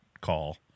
call